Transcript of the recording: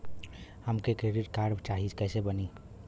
हमके credit card चाही कैसे बनी?